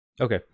okay